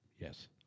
Yes